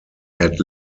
had